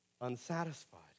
unsatisfied